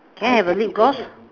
can I have a lip gloss